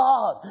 God